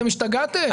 אתם השתגעתם?